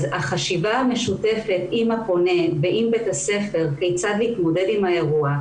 החשיבה המשותפת עם הפונה ועם בית הספר כיצד להתמודד עם האירוע,